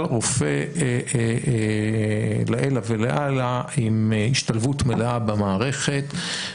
רופא לעילא ולעילא עם השתלבות מלאה במערכת.